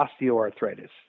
osteoarthritis